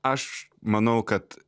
aš manau kad